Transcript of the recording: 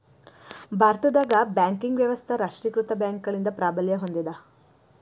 ಭಾರತದಾಗ ಬ್ಯಾಂಕಿಂಗ್ ವ್ಯವಸ್ಥಾ ರಾಷ್ಟ್ರೇಕೃತ ಬ್ಯಾಂಕ್ಗಳಿಂದ ಪ್ರಾಬಲ್ಯ ಹೊಂದೇದ